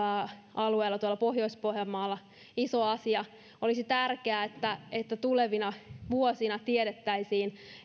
alueellani tuolla pohjois pohjanmaalla iso asia niin olisi tärkeää että että tulevina vuosina tiedettäisiin